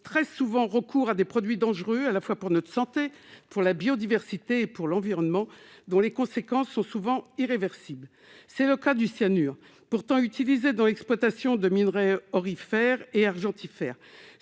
très souvent recours à des produits dangereux à la fois pour notre santé, pour la biodiversité et pour l'environnement, et dont les conséquences sont souvent irréversibles. C'est le cas du cyanure, pourtant utilisé dans l'exploitation de minerais aurifères et argentifères.